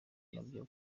nabyo